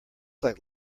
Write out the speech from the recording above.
like